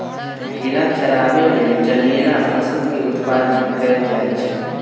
भेड़ा चराबे लेल जनेरा फसल के उत्पादन कएल जाए छै